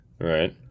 Right